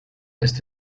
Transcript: ist